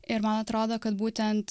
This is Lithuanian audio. ir man atrodo kad būtent